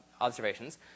observations